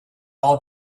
all